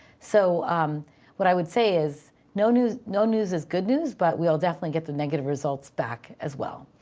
so what i would say is no news no news is good news, but we'll definitely get the negative results back as well.